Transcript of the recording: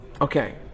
Okay